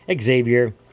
Xavier